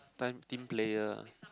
time team player ah